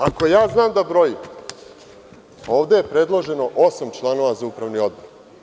Ako ja znam da brojim, ovde je predloženo osam članova za Upravni odbor.